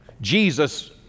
Jesus